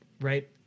Right